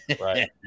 Right